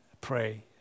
pray